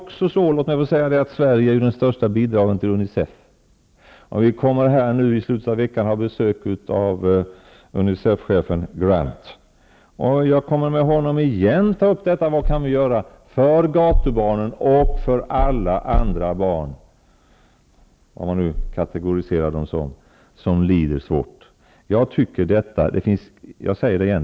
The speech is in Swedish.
Sverige ger de största bidragen till Unicef. Vi kommer att i slutet av veckan få besök av Unicef-chefen Grant. Jag kommer med honom att igen ta upp frågan vad vi kan göra för gatubarnen och alla andra barn som lider svårt -- om man nu kategoriserar dem så.